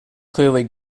clearly